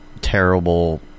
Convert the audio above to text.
terrible